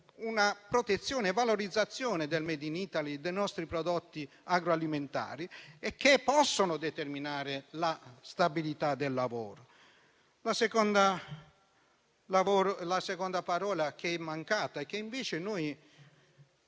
una protezione e una valorizzazione del *made in Italy* e dei nostri prodotti agroalimentari, che possono determinare la stabilità del lavoro. La seconda parola che è mancata e che invece noi